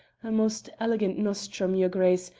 a most elegant nostrum, your grace,